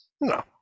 No